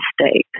state